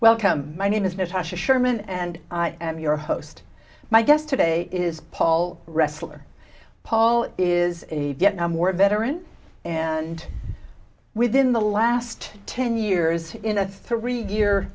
welcome my name is natasha sherman and i am your host my guest today is paul wrestler paul is a vietnam war veteran and within the last ten years in a three year